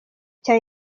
cya